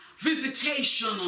visitation